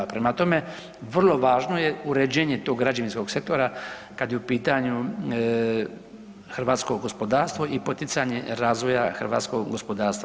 Prema tome, vrlo važno je uređenje tog građevinskog sektora kada je u pitanju hrvatsko gospodarstvo i poticanje razvoja hrvatskog gospodarstva.